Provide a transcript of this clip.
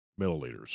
milliliters